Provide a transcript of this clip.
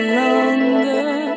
longer